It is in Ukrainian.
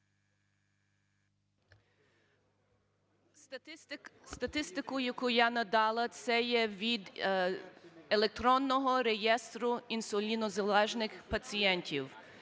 Статистику, яка я надала, це є від електронного реєстру інсулінозалежних пацієнтів.